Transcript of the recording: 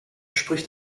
spricht